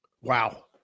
Wow